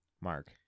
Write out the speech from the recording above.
Mark